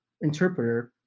interpreter